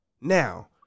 Now